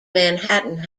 manhattan